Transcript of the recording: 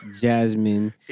Jasmine